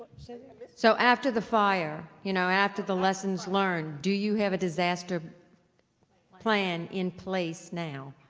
so so after the fire, you know after the lessons learned, do you have a disaster plan in place now?